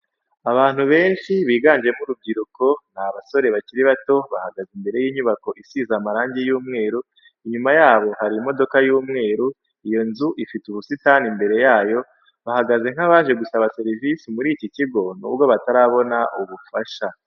Abantu beshi biganjemo urubyiruko ni abasore bakiri bato bahagaze imber y'inyubako isize marangi y'umweru inyuma yabo hari imodoka y'umweru, iyo nzu ifite ubusitani imbere yayo, bahagaze nk'abaje gusaba serivisi muri iki kigo nubwo batarabona ubafasha.